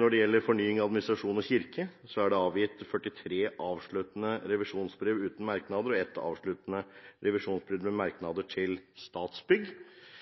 Når det gjelder Fornyings-, administrasjons- og kirkedepartementet, er det avgitt 43 avsluttende revisjonsbrev uten merknader og ett avsluttende revisjonsbrev med